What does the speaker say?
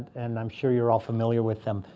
and i'm sure you're all familiar with them.